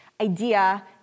idea